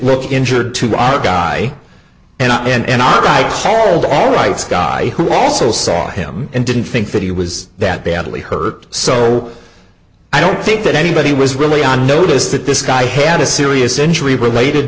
look injured to our guy and i and i by held all rights guy who also saw him and didn't think that he was that badly hurt so i don't think that anybody was really on notice that this guy had a serious injury related